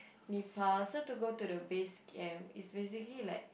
Nepal so to go to the base camp is basically like